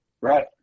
Right